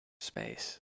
space